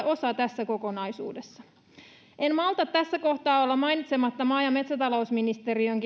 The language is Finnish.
osa tässä kokonaisuudessa en malta tässä kohtaa olla mainitsematta myös maa ja metsätalousministeriön